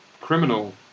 criminal